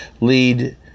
lead